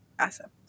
Awesome